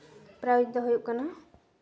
prize ᱫᱚ ᱦᱩᱭᱩᱜ ᱠᱟᱱᱟ